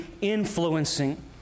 influencing